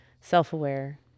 self-aware